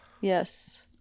yes